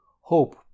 hope